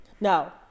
No